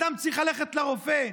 אדם צריך ללכת לרופא,